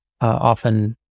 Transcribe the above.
often